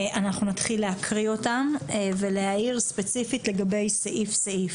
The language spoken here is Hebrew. אנחנו נתחיל להקריא אותם ולהעיר ספציפית לגבי סעיף-סעיף.